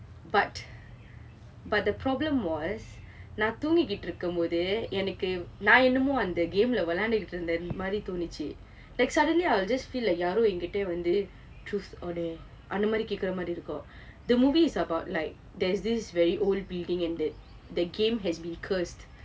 but but the problem was நான் தூங்கிகிட்டு இருக்கும் போது எனக்கு நான் என்னமோ அந்த:naan thungikkittu irukkum pothu enakku naan ennamo antha game லே விளையாடிகிட்டு இருந்தேன் மாதிரி தோணிச்சு:le vilayaadikittu irunthen maathiri thonicchu like suddenly I'll just feel யாரோ என்கிட்ட வந்து:yaroo enkita vanthu truth or dare அந்த மாதிரி கேட்கிற மாதிரி இருக்கும்:antha maathiri kaetkira maathiri irukkum the movie is about like there's this very old building and the game has been cursed